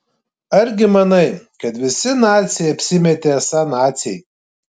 argi manai kad visi naciai apsimetė esą naciai